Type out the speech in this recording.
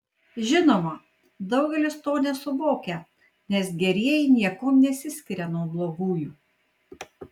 žinoma daugelis to nesuvokia nes gerieji niekuom nesiskiria nuo blogųjų